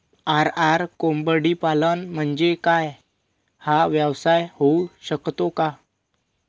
RR कोंबडीपालन म्हणजे काय? हा व्यवसाय होऊ शकतो का?